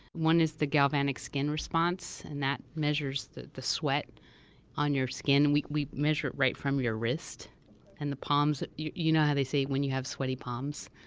one is the galvanic skin response, and that measures the the sweat on your skin. we we measure it right from your risk and the palms you you know how they say when you have sweaty palms,